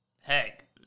Heck